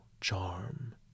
charm